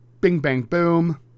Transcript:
bing-bang-boom